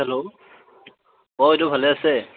hello অ' বাইদেউ ভালে আছে